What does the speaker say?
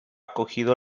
cogido